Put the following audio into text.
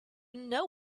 know